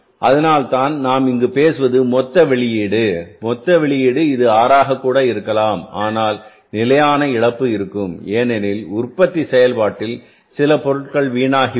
அதனால்தான் நாம் இங்கு பேசுவது மொத்த வெளியீடு மொத்த வெளியீடு இது 6 ஆக இருக்கலாம் ஆனால் நிலையான இழப்பு இருக்கும் ஏனெனில் உற்பத்தி செயல்பாட்டில் சில பொருட்கள் வீணாகிவிடும்